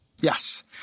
Yes